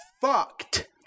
fucked